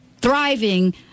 thriving